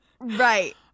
right